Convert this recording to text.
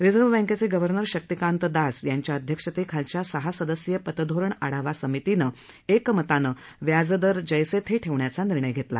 reserve बँकेचे governor Shaktikanta Das यांच्या अध्यक्षतेखालच्या सहा सदस्यीय पतधोरण आढावा समितीनं एकमतानं व्याजदर जैसे थे ठेवण्याचा निर्णय घेतला